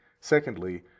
Secondly